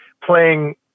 playing